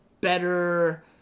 better